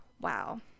Wow